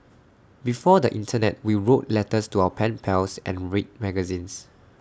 before the Internet we wrote letters to our pen pals and read magazines